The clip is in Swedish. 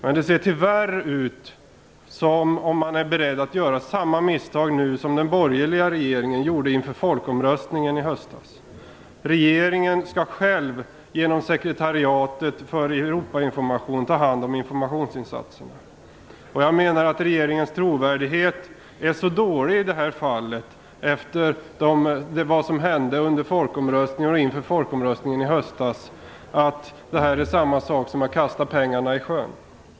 Men det ser tyvärr ut som om man är beredd att göra samma misstag nu som den borgerliga regeringen gjorde inför folkomröstningen i höstas. Regeringen skall själv, genom Sekretariatet för Europainformation, ta hand om informationsinsatserna. Jag menar att regeringens trovärdighet är så låg efter vad som hände inför folkomröstningen i höstas att det här är samma sak som att kasta pengarna i sjön.